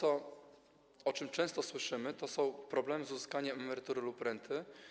To, o czym często słyszymy, to są problemy z uzyskaniem emerytury lub renty.